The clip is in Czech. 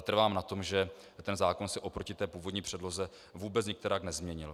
Trvám ale na tom, že zákon se proti původní předloze vůbec nikterak nezměnil.